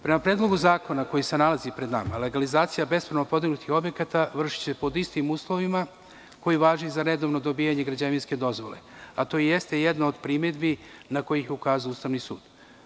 Prema predlogu zakona koji se nalazi pred nama, legalizacija bespravno podignutih objekata vršiće se pod istim uslovima koji važe i za redovno dobijanje građevinske dozvole, a to jeste jedna od primedbi na koje je ukazao Ustavni sud.